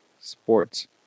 Sports